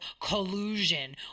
collusion